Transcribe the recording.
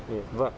yes